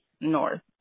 north